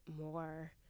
more